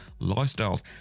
Lifestyles